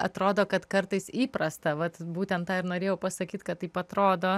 atrodo kad kartais įprasta vat būtent tą ir norėjau pasakyt kad taip atrodo